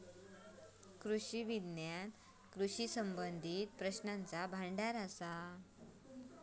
कृषी विज्ञान कृषी संबंधीत प्रश्नांचा भांडार असा